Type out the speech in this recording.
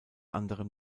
anderem